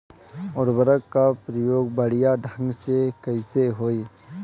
उर्वरक क प्रयोग बढ़िया ढंग से कईसे होई?